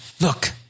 Look